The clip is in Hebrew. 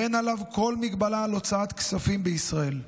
ואין עליו כל מגבלה על הוצאת כספים מישראל.